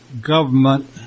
government